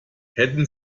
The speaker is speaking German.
hätten